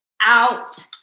out